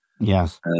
Yes